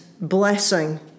blessing